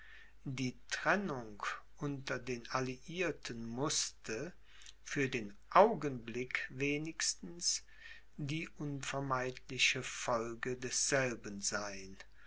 die trennung unter den alliierten mußte für den augenblick wenigstens die unvermeidliche folge desselben sein